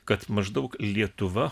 kad maždaug lietuva